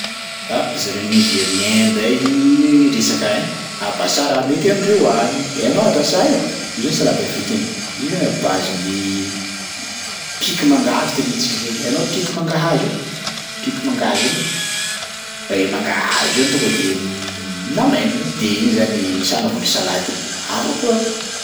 Ah zareo nigérien ndray resaka ein abasara raha mety amindreo any. Hainao abasa io? Io zany salady africain, izy io zany à base-n'ny piky mangahazo tenenintsika zay, hainao piky mangahazo io? Piky mangahazo io zany mangahazo io zany tonga de namainina de iny zany disanina anaovandreo salady hafa koa a.